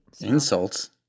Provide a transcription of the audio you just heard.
Insults